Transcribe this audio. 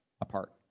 apart